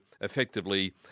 effectively